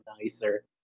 nicer